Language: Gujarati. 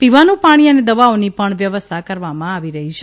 પીવાનું પાણી અને દવાઓની પણ વ્યવસ્થા કરવામાં આવી છે